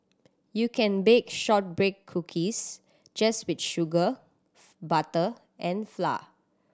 you can bake shortbread cookies just with sugar butter and flour